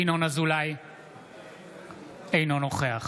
אינו נוכח